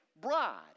bride